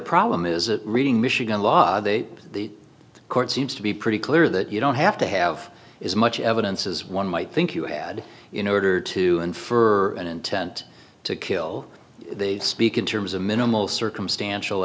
problem is reading michigan law they the court seems to be pretty clear that you don't have to have is much evidence as one might think you had in order to infer an intent to kill speak in terms of minimal circumstantial